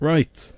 Right